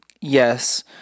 yes